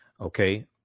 okay